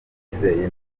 ndabyizeye